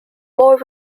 more